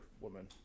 woman